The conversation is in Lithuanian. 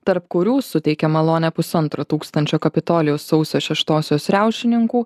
tarp kurių suteikė malonę pusantro tūkstančio kapitolijaus sausio šeštosios riaušininkų